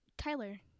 Tyler